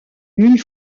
une